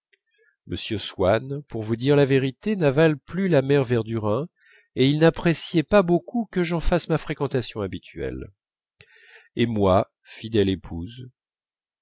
m swann pour vous dire la vérité n'avale pas la mère verdurin et il n'apprécierait pas beaucoup que j'en fasse ma fréquentation habituelle et moi fidèle épouse